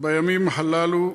בימים הללו,